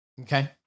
Okay